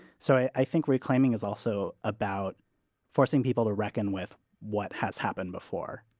so i think reclaiming is also about forcing people to reckon with what has happened before,